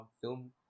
film